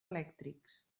elèctrics